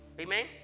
Amen